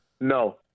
No